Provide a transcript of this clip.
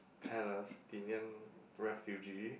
Palestinian refugee